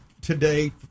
today